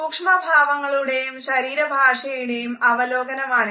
സൂക്ഷ്മഭാവങ്ങളുടെയും ശരീര ഭാഷയുടെയും അവലോകനമാണിത്